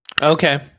Okay